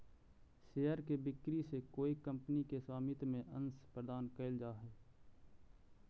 share के बिक्री से कोई कंपनी के स्वामित्व में अंश प्रदान कैल जा हइ